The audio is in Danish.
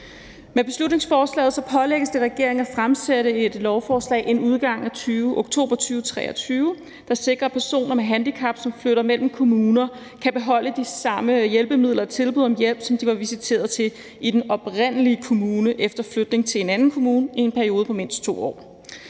Med beslutningsforslaget pålægges regeringen at fremsætte et lovforslag inden udgangen af oktober 2023, der sikrer, at personer med handicap, som flytter mellem kommuner, kan beholde de samme hjælpemidler og tilbud om hjælp, som de var visiteret til i den oprindelige kommune, efter flytning til en anden kommune i en periode på mindst 2 år.